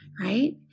right